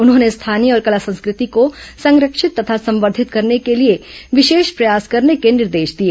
उन्होंने स्थानीय और कला संस्कृति को संरक्षित तथा संवर्धित करने के लिए विशेष प्रयास करने के निर्देश दिए